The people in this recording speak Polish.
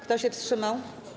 Kto się wstrzymał?